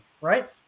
right